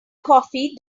coffee